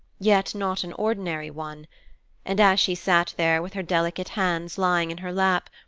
yet not an ordinary one and, as she sat there with her delicate hands lying in her lap,